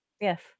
Yes